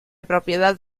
propiedad